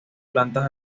plantas